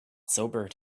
sobered